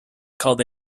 called